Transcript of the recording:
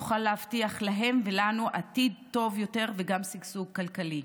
נוכל להבטיח להם ולנו עתיד טוב יותר וגם שגשוג כלכלי.